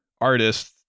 artists